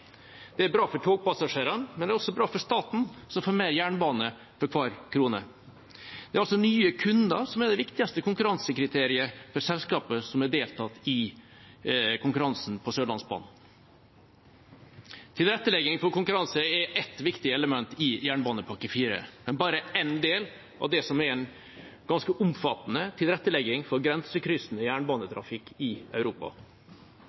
Det er bra for togpassasjerene, men det er også bra for staten, som får mer jernbane for hver krone. Det er nye kunder som er det viktigste konkurransekriteriet for selskapene som har deltatt i konkurransen på Sørlandsbanen. Tilrettelegging for konkurranse er ett viktig element i Jernbanepakke IV, men bare en del av det som er en ganske omfattende tilrettelegging for grensekryssende jernbanetrafikk i Europa.